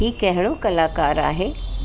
हीअ कहिड़ो कलाकारु आहे